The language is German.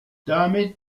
damit